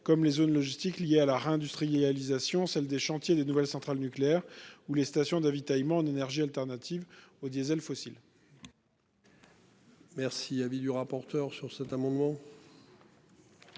comme les zones logistiques, liés à la réindustrialisation, celle des chantiers des nouvelles centrales nucléaires ou les stations d'avitaillement d'énergie alternative au diésel fossile.